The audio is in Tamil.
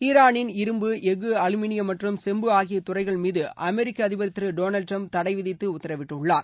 ஈரானின் இரும்பு எஃகு அலுமினியம் மற்றும் செம்பு ஆகிய துறைகள் மீது அமெரிக்க அதிபர் திரு டொனால்டு டிரம்ப் தடை விதித்து உத்தரவிட்டுள்ளார்